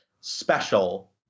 special